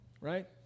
right